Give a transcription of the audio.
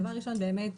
דבר ראשון באמת,